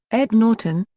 ed norton,